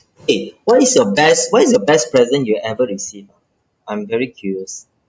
eh what is your best what is your best present you ever received I'm very curious